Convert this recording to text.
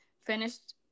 finished